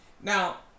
Now